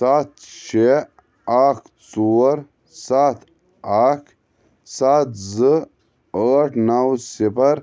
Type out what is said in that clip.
سَتھ شےٚ اَکھ ژور سَتھ اَکھ سَتھ زٕ ٲٹھ نَو صِفَر